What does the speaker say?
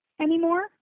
anymore